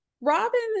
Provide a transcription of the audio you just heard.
Robin